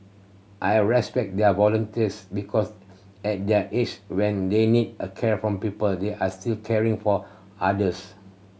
I respect their volunteers because at their age when they need care from people they are still caring for others